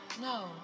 no